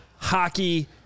hockey